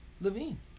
Levine